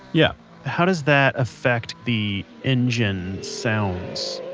yeah how does that affect the engine sounds?